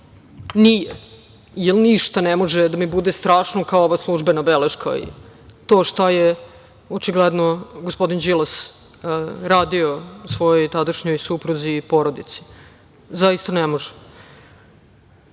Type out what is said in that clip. nije, jer ništa ne može da mi bude strašno kao ova službena beleška i to šta je očigledno gospodin Đilas radio svojoj tadašnjoj supruzi i porodici. Zaista ne može. Ali,